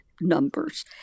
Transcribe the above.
numbers